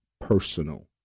personal